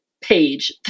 page